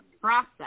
process